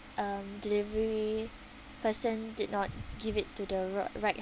um delivery person did not give it to the ri~ right